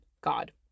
God